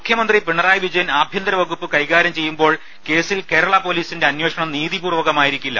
മുഖ്യ മന്ത്രി പിണറായി വിജയൻ ആഭ്യന്തര വകുപ്പ് കൈകാര്യം ചെയ്യുമ്പോൾ കേസിൽ കേരള പൊലീസിന്റെ അന്വേഷണം നീതിപൂർവ്വമായിരിക്കില്ല